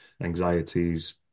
anxieties